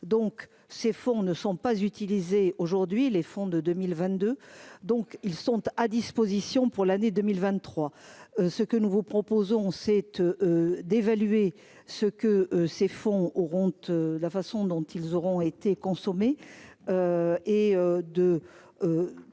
ces fonds ne sont pas utilisés aujourd'hui les fonds de 2022, donc ils sont à disposition pour l'année 2023, ce que nous vous proposons cette d'évaluer ce que ces fonds auront la façon dont ils auront été consommé et de